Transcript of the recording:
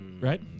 right